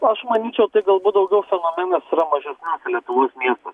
aš manyčiau tai galbūt daugiau fenomenas yra mažesniuose lietuvos miestuos